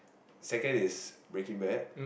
second id Breaking Bad